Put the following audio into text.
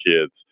kids